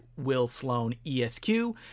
WillSloanESQ